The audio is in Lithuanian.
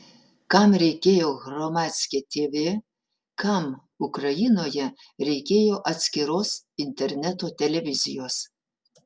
kam reikėjo hromadske tv kam ukrainoje reikėjo atskiros interneto televizijos